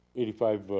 eighty five